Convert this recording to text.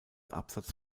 absatz